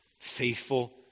faithful